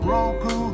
Roku